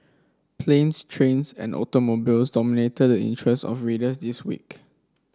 planes trains and automobiles dominated the interests of readers this week